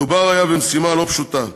מדובר היה במשימה לא פשוטה.